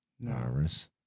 virus